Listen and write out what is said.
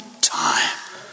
time